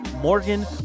Morgan